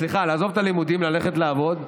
סליחה, לעזוב את הלימודים, ללכת לעבוד.